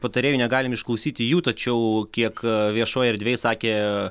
patarėjų negalim išklausyti jų tačiau kiek viešoj erdvėj sakė